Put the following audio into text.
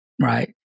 right